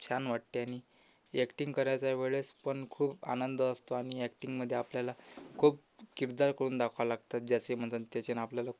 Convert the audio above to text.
छान वाटते आणि एक्टिंग करायच्या वेळेस पण खूप आनंद असतो आणि ॲक्टिंगमधे आपल्याला खूप किरदार करून दाखवा लागतात ज्याचे म्हणतात त्याचे ना आपल्याला